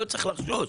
לא צריך לחשוש.